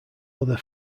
other